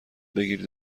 بگیرید